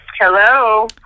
Hello